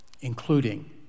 including